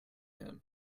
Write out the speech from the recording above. him